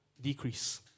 decrease